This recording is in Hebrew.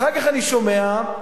אחר כך אני שומע שבכלל,